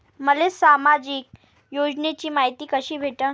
मले सामाजिक योजनेची मायती कशी भेटन?